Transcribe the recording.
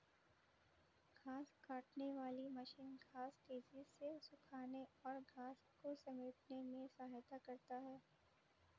घांस काटने वाली मशीन घांस तेज़ी से सूखाने और घांस को समेटने में सहायता करता है